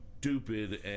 stupid